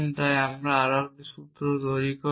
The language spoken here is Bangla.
তাই আরও সূত্র তৈরি করুন